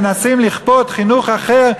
מנסים לכפות חינוך אחר,